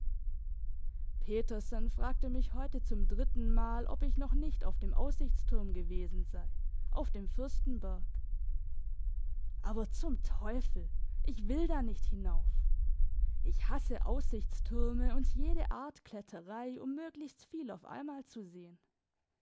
petersen fragte mich heute zum drittenmal ob ich noch nicht auf dem aussichtsturm gewesen sei auf dem fürstenberg aber zum teufel ich will da nicht hinauf ich hasse aussichtstürme und jede art kletterei um möglichst viel auf einmal zu sehen